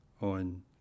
on